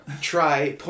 Try